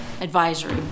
advisory